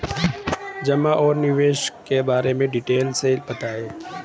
जमा और निवेश के बारे में डिटेल से बताएँ?